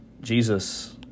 Jesus